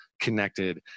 connected